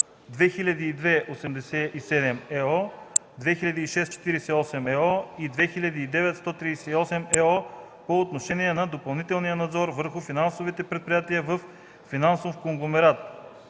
2002/87/ЕО, 2006/48/ЕО и 2009/138/ЕО по отношение на допълнителния надзор върху финансовите предприятия във финансов конгломерат